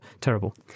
terrible